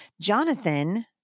Jonathan